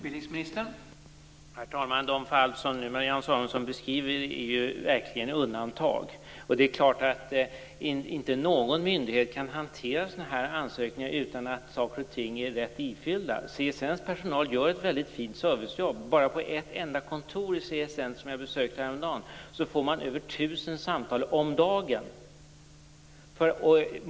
Herr talman! De fall som Marianne Samuelsson nu beskriver är verkligen undantag. Det är klart att inte någon myndighet kan hantera ansökningar utan att saker och ting är rätt ifyllda. CSN:s personal gör ett mycket fint servicejobb. Bara på ett enda kontor hos CSN, som jag besökte häromdagen, får man över 1 000 samtal om dagen.